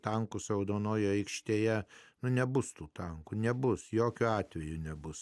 tankus raudonojoje aikštėje nebus tų tankų nebus jokiu atveju nebus